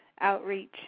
Outreach